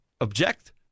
object